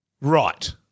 Right